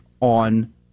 on